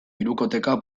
hirukoteka